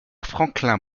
franklin